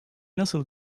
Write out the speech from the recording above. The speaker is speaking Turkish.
nasıl